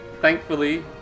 thankfully